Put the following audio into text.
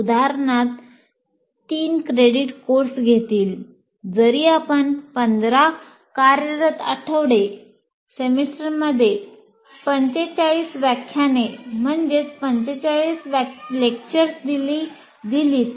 उदाहरणार्थ 3 credit course घेतील जरी आपण 15 कार्यरत आठवडे सेमेस्टरमध्ये 45 व्याख्याने दिलीत